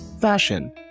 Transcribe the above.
fashion